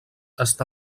està